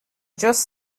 just